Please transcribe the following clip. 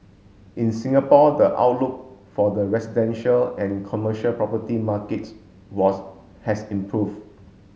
in Singapore the outlook for the residential and commercial property markets was has improve